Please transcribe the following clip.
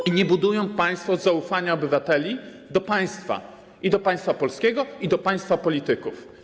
I nie budują państwo zaufania obywateli do państwa - i do państwa polskiego, i do państwa polityków.